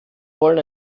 wollen